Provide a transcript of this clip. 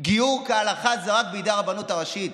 שגיור כהלכה זה רק בידי הרבנות הראשית?